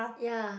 ya